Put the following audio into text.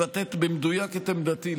זאת עמדה שמבטאת במדויק את עמדתי,